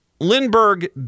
Lindbergh